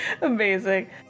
amazing